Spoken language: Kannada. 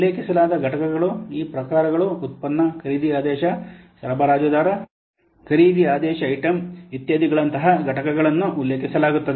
ಉಲ್ಲೇಖಿಸಲಾದ ಘಟಕಗಳು ಈ ಪ್ರಕಾರಗಳು ಉತ್ಪನ್ನ ಖರೀದಿ ಆದೇಶ ಸರಬರಾಜುದಾರ ಖರೀದಿ ಆದೇಶ ಐಟಂ ಇತ್ಯಾದಿಗಳಂತಹ ಘಟಕಗಳನ್ನು ಉಲ್ಲೇಖಿಸಲಾಗುತ್ತದೆ